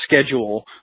schedule